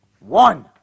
One